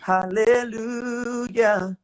Hallelujah